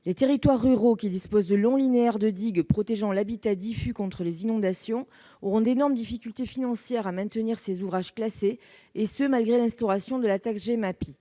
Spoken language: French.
Les territoires ruraux, qui disposent de longs linéaires de digues protégeant l'habitat diffus contre les inondations, auront d'énormes difficultés financières à maintenir ces ouvrages classés, et ce malgré l'instauration de la taxe Gemapi.